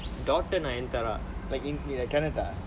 daughter nayanthara